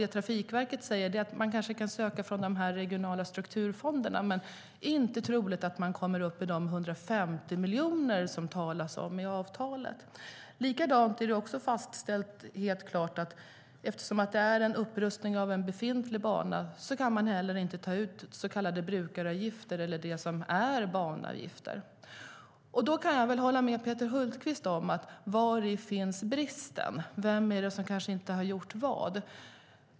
Trafikverket säger att man kanske kan söka från de regionala strukturfonderna, men det är inte troligt att man kommer upp i de 150 miljoner som det talas om i avtalet. Det är också fastställt att eftersom det rör sig om upprustning av en befintlig bana kan man inte heller ta ut så kallade brukaravgifter eller det som är banavgifter. Jag instämmer i Peter Hultqvists frågor: Vari finns bristen? Vem är det som inte har gjort vad?